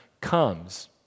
comes